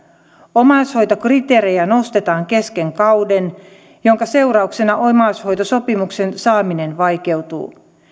omaishoitokriteerejä nostetaan kesken kauden minkä seurauksena omaishoitosopimuksen saaminen vaikeutuu